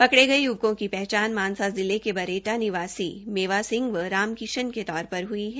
पकड़े गये युवको की पहचान मानसा जिले के बरेटा निवासी मेवा सिंह व राम किशन के तौर पर हुई है